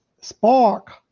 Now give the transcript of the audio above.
spark